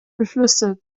beschlüsse